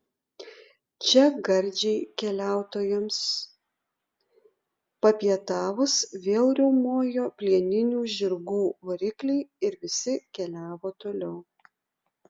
čia gardžiai keliautojams papietavus vėl riaumojo plieninių žirgų varikliai ir visi keliavo toliau